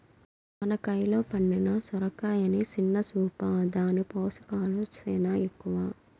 మన కయిలో పండిన సొరకాయని సిన్న సూపా, దాని పోసకాలు సేనా ఎక్కవ